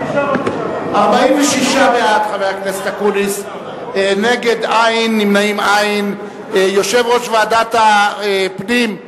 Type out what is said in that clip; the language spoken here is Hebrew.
הסמל והמנון המדינה (תיקון, ייצור תוצרת הארץ),